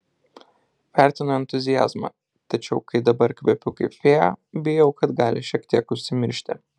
vertinu entuziazmą tačiau kai dabar kvepiu kaip fėja bijau kad gali šiek tiek užsimiršti